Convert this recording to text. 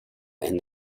and